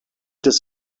des